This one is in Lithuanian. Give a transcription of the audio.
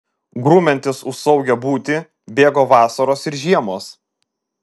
grumiantis už saugią būtį bėgo vasaros ir žiemos